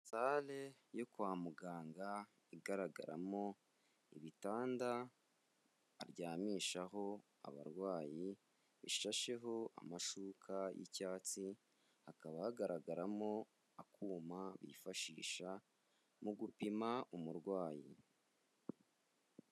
Sare yo kwa muganga, igaragaramo ibitanda baryamishaho abarwayi, bishasheho amashuka y'icyatsi, hakaba hagaragaramo akuma bifashisha mu gupima umurwayi.